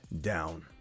down